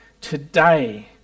today